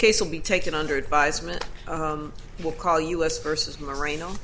case will be taken under advisement he will call us versus marino